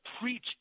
preach